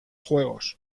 juegos